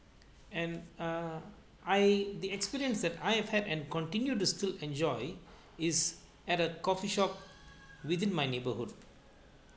and uh I the experience that I've had and continue to still enjoy is at a coffeeshop within my neighborhood